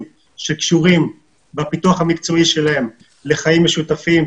שקשורים בפיתוח המקצועי שלהם לחיים משותפים,